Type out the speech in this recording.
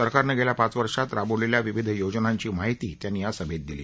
सरकारनं गेल्या पाच वर्षात राबवलेल्या विविध योजनांची माहिती त्यांनी या सभेत दिली